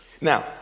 Now